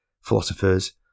philosophers